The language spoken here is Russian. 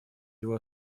его